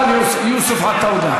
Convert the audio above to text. יוסף עטאונה.